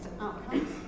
outcomes